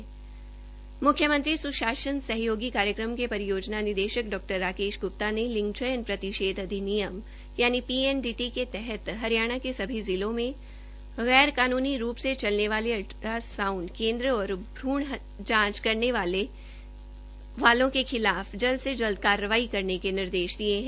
म्ख्यमंत्री स्शासन सहयोगी कार्यक्रम के परियोजना निदेशक डॉ राकेश ग्प्ता ने लिंग चयन प्रतिषेध अधिनियम पीएनडीटी के तहत हरियाणा के सभी जिलों में गैर कानूनी रूप से चलने वाले अलट्रा सांउड केन्द्र और भूण जांच करने वालों के खिलाफ जल्द से जल्द कार्रवाई करने के निर्देश दिये है